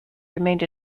remained